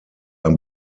ein